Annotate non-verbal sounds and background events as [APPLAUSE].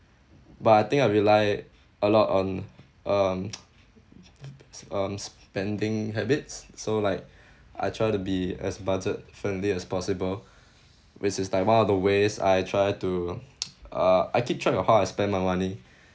but I think I rely a lot on um [NOISE] um spending habits so like I try to be as budget-friendly as possible which is like one of the ways I try to [NOISE] uh I keep track of how I spend my money